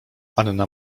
anna